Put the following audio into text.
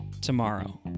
tomorrow